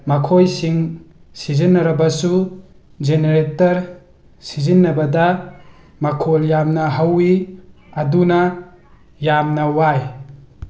ꯃꯈꯣꯏꯁꯤꯡ ꯁꯤꯖꯤꯟꯅꯔꯕꯁꯨ ꯖꯦꯅꯔꯦꯇꯔ ꯁꯤꯖꯤꯟꯅꯕꯗ ꯃꯈꯣꯜ ꯌꯥꯝꯅ ꯍꯧꯋꯤ ꯑꯗꯨꯅ ꯌꯥꯝꯅ ꯋꯥꯏ